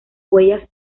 huellas